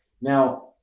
Now